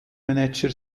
manager